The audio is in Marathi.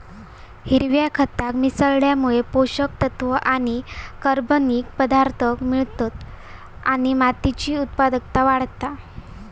हिरव्या खताक मिसळल्यामुळे पोषक तत्त्व आणि कर्बनिक पदार्थांक मिळतत आणि मातीची उत्पादनता वाढता